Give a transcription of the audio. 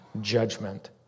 judgment